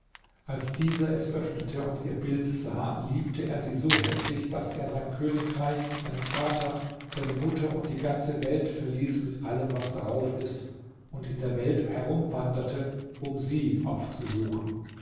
als dieser es öffnete und ihr bild sah liebte er sie so heftig daß er sein königreich seinen vater seine mutter und die ganze welt verließ mit allem was darauf ist und in der welt herumwanderte um sie aufzusuchen